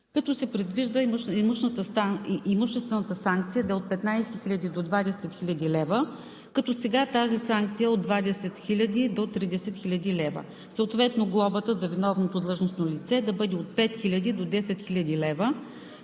като се предвижда имуществената санкция да е от 15 000 до 20 000 лв., сега тази санкция е от 20 000 до 30 000 лв., съответно глобата за виновното длъжностно лице да бъде от 5000 до 10 000 лв.